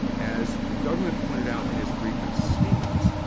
as the government pointed out in its brief in stevens,